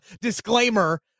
disclaimer